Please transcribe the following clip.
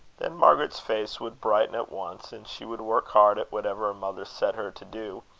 then margaret's face would brighten at once, and she would work hard at whatever her mother set her to do,